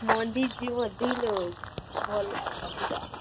ମନ୍ଦିର ଯିବ ଦି ଲୋ ଭଲ ଲାଗିବ ପୁରା